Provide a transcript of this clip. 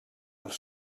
els